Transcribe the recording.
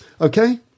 Okay